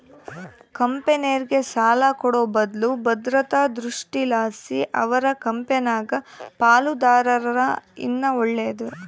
ಕಂಪೆನೇರ್ಗೆ ಸಾಲ ಕೊಡೋ ಬದ್ಲು ಭದ್ರತಾ ದೃಷ್ಟಿಲಾಸಿ ಅವರ ಕಂಪೆನಾಗ ಪಾಲುದಾರರಾದರ ಇನ್ನ ಒಳ್ಳೇದು